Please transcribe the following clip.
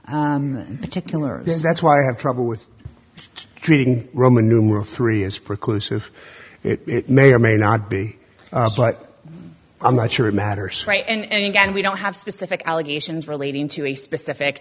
particular that's why i have trouble with creating roman numeral three is preclude it may or may not be but i'm not sure it matters right and again we don't have specific allegations relating to a specific